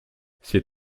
ses